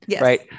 Right